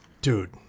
Dude